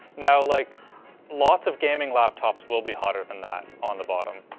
now like lots of gaming laptops will be hotter than that on the bottom.